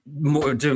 more